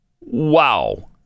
Wow